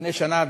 לפני שנה,